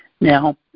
Now